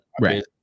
Right